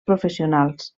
professionals